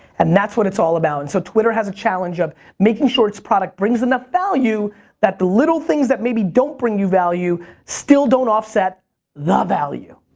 and that's what it's all about. and so twitter has a challenge of making sure its product brings enough value that the little things that maybe don't bring you value still don't offset the value.